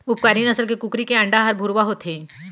उपकारी नसल के कुकरी के अंडा हर भुरवा होथे